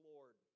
Lord